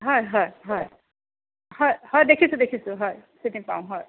হয় হয় হয় হয় হয় দেখিছো দেখিছো হয় চিনি পাওঁ হয়